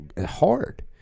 hard